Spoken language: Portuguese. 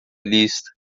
lista